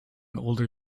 older